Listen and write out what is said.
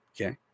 Okay